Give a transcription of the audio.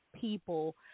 people